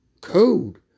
Code